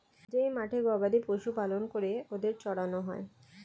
যেই মাঠে গবাদি পশু পালন করে ওদের চড়ানো হয়